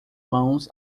mãos